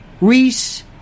Reese